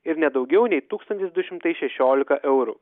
ir ne daugiau nei tūkstantis du šimtai šešiolika eurų